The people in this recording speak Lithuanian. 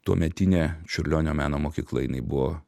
tuometinė čiurlionio meno mokykla jinai buvo